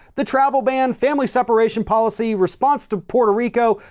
the travel ban family separation policy, response to puerto rico,